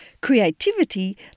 Creativity